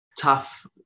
tough